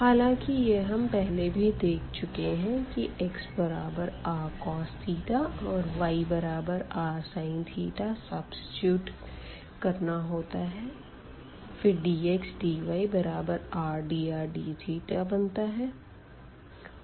हालांकि यह हम पहले भी देख चुके है की xrcos और yrsin सब्सीट्यूट करना होता है फिर dx dy बराबर rdrdθ बनता है